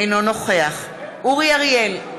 אינו נוכח אורי אריאל,